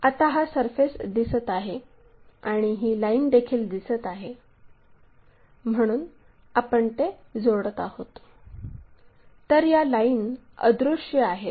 आता हा सरफेस दिसत आहे आणि ही लाईन देखील दिसत आहे म्हणून आपण जोडत आहे तर या लाईन अदृश्य आहेत